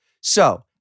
So-